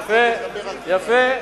יפה, יפה,